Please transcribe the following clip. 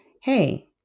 Hey